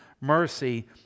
mercy